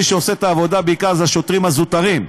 מי שעושה את העבודה בעיקר זה השוטרים הזוטרים,